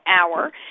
hour